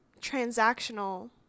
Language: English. transactional